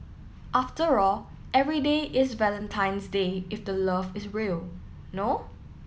after all every day is Valentine's Day if the love is real no